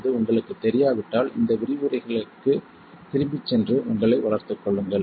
இது உங்களுக்குத் தெரியாவிட்டால் இந்த விரிவுரைகளுக்குத் திரும்பிச் சென்று உங்களை வளர்த்துக்கொள்ளுங்கள்